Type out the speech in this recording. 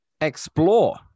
Explore